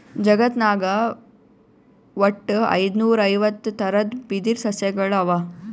ಜಗತ್ನಾಗ್ ವಟ್ಟ್ ಐದುನೂರಾ ಐವತ್ತ್ ಥರದ್ ಬಿದಿರ್ ಸಸ್ಯಗೊಳ್ ಅವಾ